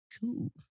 cool